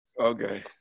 Okay